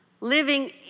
living